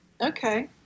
Okay